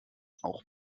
auch